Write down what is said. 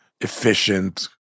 efficient